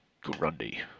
Grundy